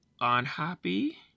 unhappy